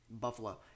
Buffalo